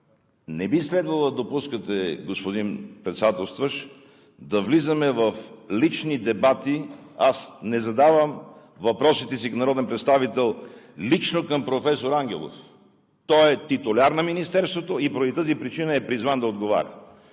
Не би следвало да допускате, господин Председател, да влизаме в лични дебати. Аз не задавам въпросите си като народен представител лично към професор Ангелов. Той е титуляр на Министерството и поради тази причина е призван да отговаря.